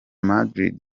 madrid